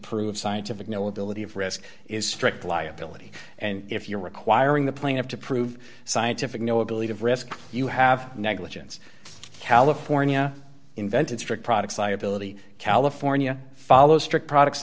prove scientific no ability of risk is strict liability and if you're requiring the plaintiff to prove scientific no ability of risk you have negligence california invented strict products liability california follow strict products